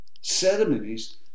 ceremonies